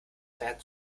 werden